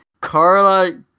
Carla